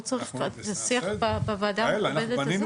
השיח בוועדה המכובדת הזו.